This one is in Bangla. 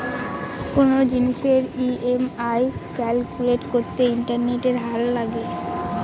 কোনো জিনিসের ই.এম.আই ক্যালকুলেট করতে ইন্টারেস্টের হার লাগে